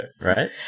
right